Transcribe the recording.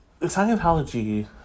Scientology